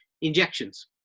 injections